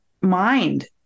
mind